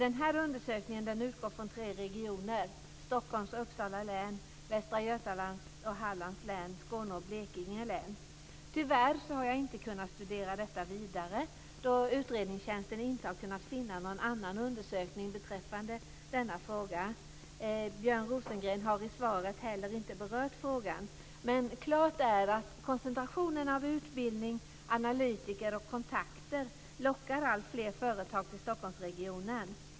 Den här undersökningen utgår från tre regioner, Hallands län och Skåne och Blekinge län. Tyvärr har jag inte kunnat studera detta vidare då utredningstjänsten inte har kunnat finna någon annan undersökning beträffande denna fråga. Björn Rosengren har inte heller berört frågan i svaret. Men klart är att koncentrationen av utbildning, analytiker och kontakter lockar alltfler företag till Stockholmsregionen.